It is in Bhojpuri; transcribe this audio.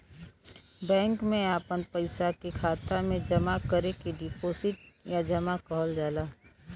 बैंक मे आपन पइसा के खाता मे जमा करे के डीपोसिट या जमा कहल जाला